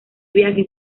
viaje